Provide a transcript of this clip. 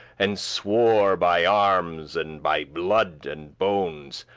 and swore by armes, and by blood, and bones,